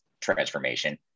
transformation